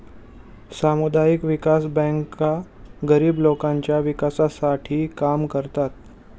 सामुदायिक विकास बँका गरीब लोकांच्या विकासासाठी काम करतात